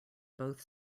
both